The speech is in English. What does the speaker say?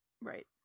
right